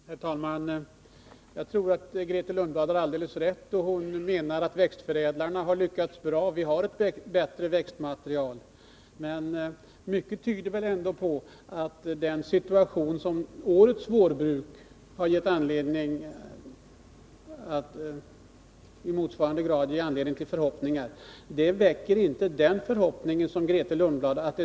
Herr talman! Jag tror att Grethe Lundblad har alldeles rätt då hon menar att växtförädlarna har lyckats bra. Vi har ett bättre växtmaterial än tidigare. Men mycket tyder väl ändå på att den situation som årets vårbruk skapat inte kan väcka sådana förhoppningar som Grethe Lundblad hyser.